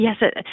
Yes